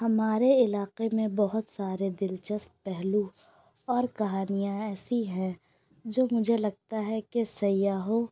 ہمارے علاقے میں بہت سارے دلچسپ پہلو اور کہانیاں ایسی ہیں جو مجھے لگتا ہے کہ سیاحوں